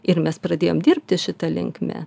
ir mes pradėjom dirbti šita linkme